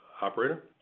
Operator